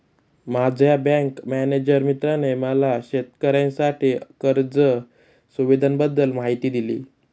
माझ्या bank manager मित्राने मला शेतकऱ्यांसाठी कर्ज सुविधांबद्दल माहिती दिली